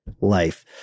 life